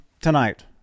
tonight